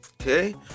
okay